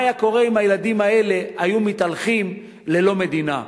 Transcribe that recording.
מה היה קורה אם הילדים האלה היו מתהלכים ללא מדינה?